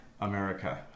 America